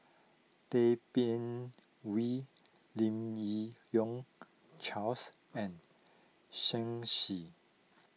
Tay Bin Wee Lim Yi Yong Charles and Shen Xi